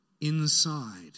inside